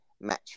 match